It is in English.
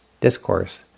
discourse